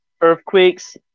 earthquakes